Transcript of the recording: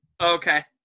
Okay